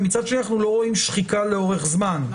ומצד שני אנחנו לא רואים שחיקה לאורך זמן,